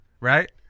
right